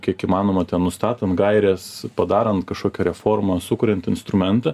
kiek įmanoma ten nustatant gaires padarant kažkokią reformą sukuriant instrumentą